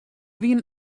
wiene